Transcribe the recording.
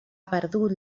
perdut